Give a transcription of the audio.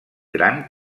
gran